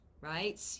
right